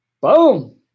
Boom